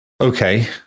Okay